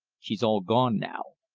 she's all gone now.